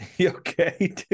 Okay